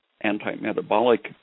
anti-metabolic